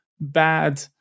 bad